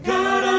God